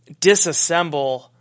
disassemble